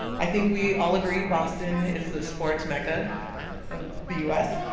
i think we all agree boston is the sports mecca of the us.